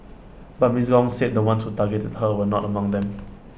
but miss Gong said the ones who targeted her were not among them